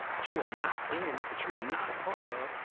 that you are not in, that you are not a part of,